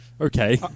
Okay